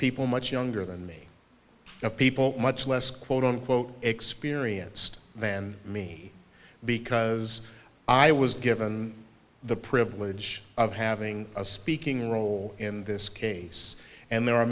people much younger than me and people much less quote unquote experienced than me because i was given the privilege of having a speaking role in this case and there are